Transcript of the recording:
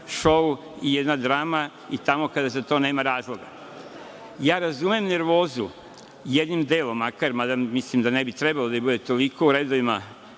šou i jedna drama i tamo kada za to nema razloga. Razumem nervozu. Jednim delom makar, mada mislim da ne bi trebalo da bude toliko u redovima